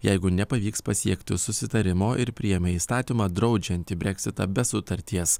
jeigu nepavyks pasiekti susitarimo ir priėmė įstatymą draudžiantį breksitą be sutarties